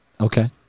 Okay